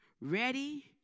ready